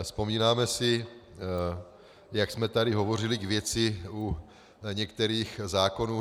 Vzpomínáme si, jak jsme tady hovořili k věci u některých zákonů.